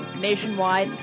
nationwide